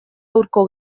hurko